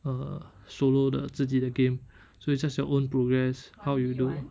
err solo 的自己的 game so it's just your own progress how you do